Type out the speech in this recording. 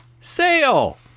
sale